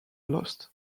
lost